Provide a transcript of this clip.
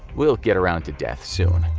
we'll get around to death soon.